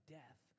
death